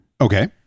Okay